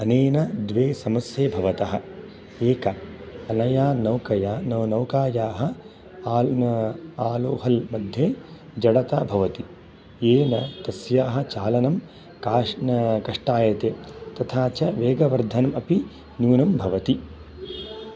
अनेन द्वे समस्ये भवतः एका अनया नौकया नौ नौकायाःआल् आलोहलमध्ये जडता भवति येन तस्याः चालनं काष्न कष्टायते तथा च वेगवर्धनम् अपि न्यूनं भवति